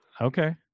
Okay